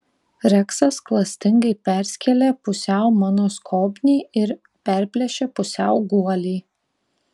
reksas klastingai perskėlė pusiau mano skobnį ir perplėšė pusiau guolį